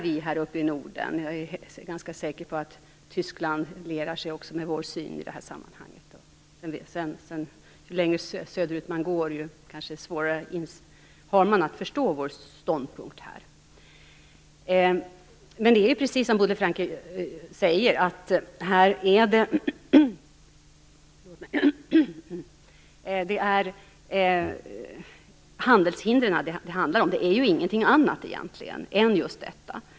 Vi här uppe i Norden har vår syn i det här sammanhanget, och jag är ganska säker på att också Tyskland lierar sig med den. Ju längre söderut man sedan går, desto svårare har man att förstå vår ståndpunkt. Det är precis som Bodil Francke Ohlsson säger. Det är handelshindren det handlar om. Något annat är det ju egentligen inte.